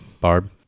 Barb